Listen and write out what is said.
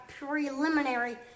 Preliminary